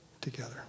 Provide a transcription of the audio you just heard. together